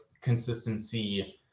consistency